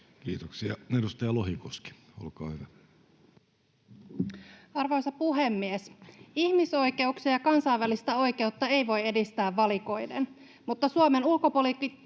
selonteko Time: 15:19 Content: Arvoisa puhemies! Ihmisoikeuksia ja kansainvälistä oikeutta ei voi edistää valikoiden, mutta Suomen ulkopolitiikassa